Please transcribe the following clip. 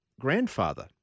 grandfather